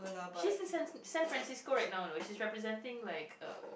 she's in Sam San Francisco right now you know she's representing like a